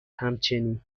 همچنین